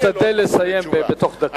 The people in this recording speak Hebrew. תשתדל לסיים בתוך דקה.